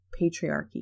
patriarchy